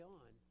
on